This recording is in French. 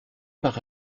par